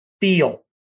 feel